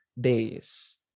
days